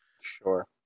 sure